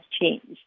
changed